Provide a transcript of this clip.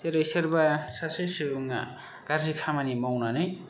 जेरै सोरबा सासे सुबुङा गाज्रि खामानि मावनानै